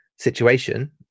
situation